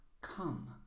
come